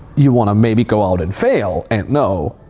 you wanna maybe go out and fail and know,